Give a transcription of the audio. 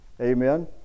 Amen